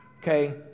okay